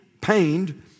pained